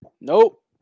Nope